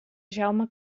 jaume